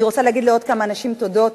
אני רוצה להגיד לעוד כמה אנשים תודות,